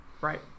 Right